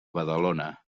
badalona